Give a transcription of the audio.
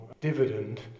dividend